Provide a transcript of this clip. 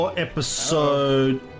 Episode